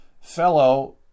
Fellow